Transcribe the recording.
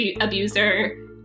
abuser